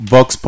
Box